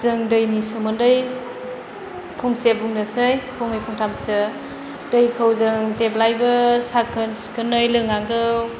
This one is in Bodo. जों दैनि सोमोन्दै फंसे बुंनोसै फंनै फंथामसो दैखौ जों जेब्लायबो साखोन सिखोनै लोंनांगौ